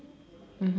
mmhmm